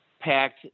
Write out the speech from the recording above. packed